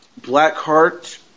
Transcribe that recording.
Blackheart